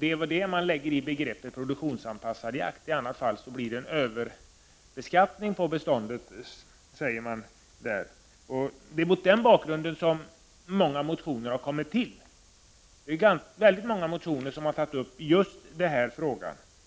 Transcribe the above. Det är väl detta som man lägger in i begreppet produktionsanpassad jakt. Man menar att det utan en sådan blir en överbeskattning av beståndet. Det har mot denna bakgrund väckts många motioner. Man anser